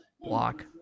block